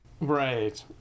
right